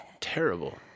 Terrible